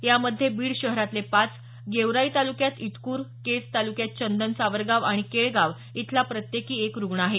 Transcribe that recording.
यामध्ये बीड शहरातले पाच गेवराई तालुक्यात इटकूर केज तालुक्यात चंदन सावरगाव आणि केळगाव इथंला प्रत्येकी एक रुग्ण आहे